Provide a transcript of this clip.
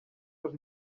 dos